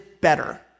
better